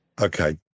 okay